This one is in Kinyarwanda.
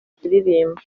kuririmba